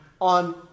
on